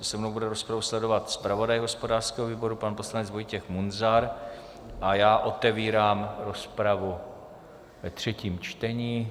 Se mnou bude rozpravu sledovat zpravodaj hospodářského výboru pan poslanec Vojtěch Munzar a já otevírám rozpravu ve třetím čtení.